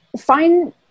find